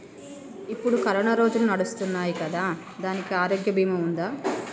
ఇప్పుడు కరోనా రోజులు నడుస్తున్నాయి కదా, దానికి ఆరోగ్య బీమా ఉందా?